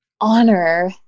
honor